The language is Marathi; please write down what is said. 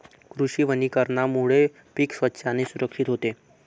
कृषी वनीकरणामुळे पीक स्वच्छ आणि सुरक्षित होते